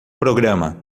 programa